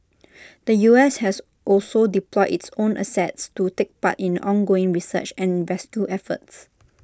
the U S has also deployed its own assets to take part in ongoing research and rescue efforts